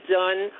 done